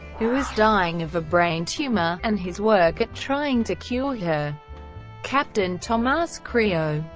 who is dying of a brain tumor, and his work at trying to cure her captain tomas creo,